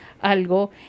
algo